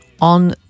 on